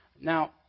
Now